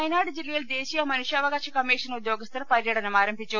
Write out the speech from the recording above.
വയനാട് ജില്ലയിൽ ദേശീയ മനുഷ്യാവകാശ കമ്മിഷൻ ഉദ്യോ ഗസ്ഥർ പര്യടനം ആരംഭിച്ചു